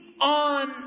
on